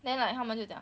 then like 他们就讲